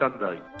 sunday